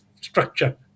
structure